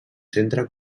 centre